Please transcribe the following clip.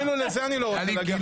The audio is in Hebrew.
אפילו לזה אני לא רוצה להגיע.